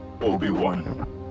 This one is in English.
Obi-Wan